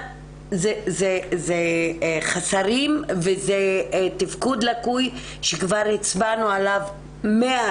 אלה חוסרים וזה תפקוד לקוי שכבר הצבענו עליו מאה